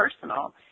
personal